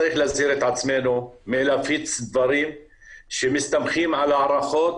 צריך להזהיר את עצמנו מלהפיץ דברים שמסתמכים על הערכות,